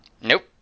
Nope